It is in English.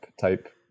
type